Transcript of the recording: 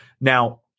Now